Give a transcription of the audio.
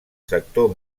sector